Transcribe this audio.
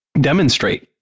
demonstrate